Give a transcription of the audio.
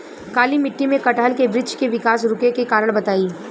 काली मिट्टी में कटहल के बृच्छ के विकास रुके के कारण बताई?